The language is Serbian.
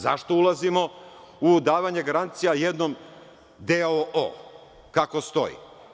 Zašto ulazimo u davanje garancija jednom d.o.o. kako stoji?